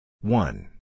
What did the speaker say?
One